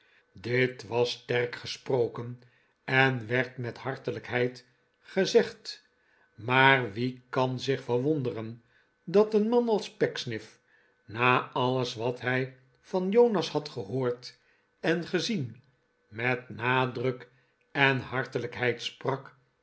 dit was sterk gesproken en werd met hartelijkheid gezegd maar wie kan zich verwonderen dat een man als pecksniff na alles wat hij van jonas had gehoord en gezien met nadruk en hartelijkheid sprak